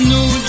New